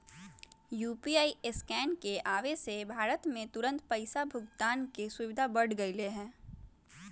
UPI scan के आवे से भारत में तुरंत पैसा भुगतान के सुविधा बढ़ गैले है